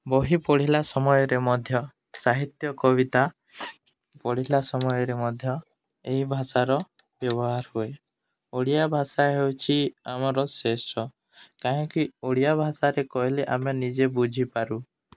ବହି ପଢ଼ିଲା ସମୟରେ ମଧ୍ୟ ସାହିତ୍ୟ କବିତା ପଢ଼ିଲା ସମୟରେ ମଧ୍ୟ ଏହି ଭାଷାର ବ୍ୟବହାର ହୁଏ ଓଡ଼ିଆ ଭାଷା ହେଉଛି ଆମର ଶେଷ କାହିଁକି ଓଡ଼ିଆ ଭାଷାରେ କହିଲେ ଆମେ ନିଜେ ବୁଝିପାରୁ